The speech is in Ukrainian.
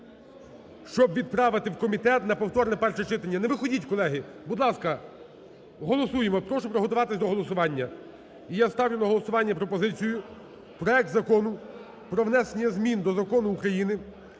щоб відправити в комітет на повторне перше читання. Не виходіть, колеги! будь ласка, голосуємо. Прошу приготуватись до голосування. І я ставлю на голосування пропозицію проект Закону про внесення змін до Закону України